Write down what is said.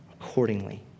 accordingly